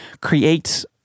creates